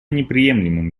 неприемлемым